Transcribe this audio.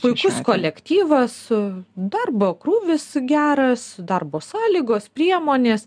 puikus kolektyvas darbo krūvis geras darbo sąlygos priemonės